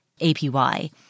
APY